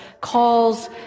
calls